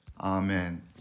Amen